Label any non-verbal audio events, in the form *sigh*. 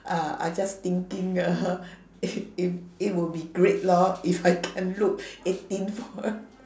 uh I just thinking *noise* it it it will be great lor if I can look *breath* eighteen fore~